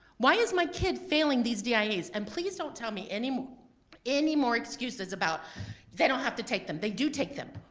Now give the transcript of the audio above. why is my kid failing these dias? and please don't tell me any more any more excuses about they don't have to take them! they do take them,